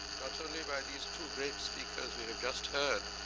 not only by these two greats because we have just heard,